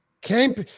Camp